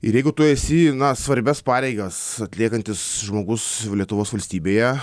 ir jeigu tu esi na svarbias pareigas atliekantis žmogus lietuvos valstybėje